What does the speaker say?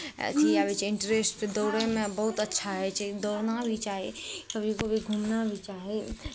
अथी आबै छै इन्टरेस्ट दौड़यमे बहुत अच्छा होइ छै दौड़ना भी चाही कभी कभी घूमना भी चाही